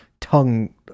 tongue